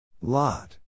Lot